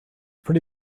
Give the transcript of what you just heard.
pretty